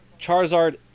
Charizard